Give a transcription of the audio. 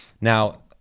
Now